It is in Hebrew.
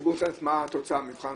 הציבור רוצה לדעת מה התוצאה, מבחן התוצאה,